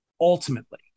Ultimately